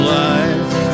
life